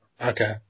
Okay